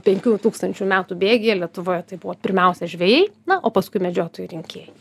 penkių tūkstančių metų bėgyje lietuvoje tai buvo pirmiausia žvejai na o paskui medžiotojai rinkėjai